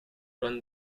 run